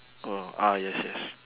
oh ah yes yes